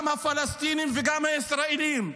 גם הפלסטינים וגם הישראלים,